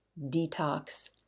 detox